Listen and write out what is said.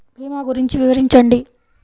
భీమా గురించి వివరించండి?